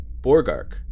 Borgark